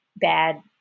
bad